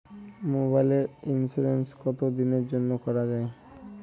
মোবাইলের ইন্সুরেন্স কতো দিনের জন্যে করা য়ায়?